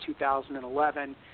2011